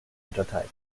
unterteilt